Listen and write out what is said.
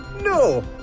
No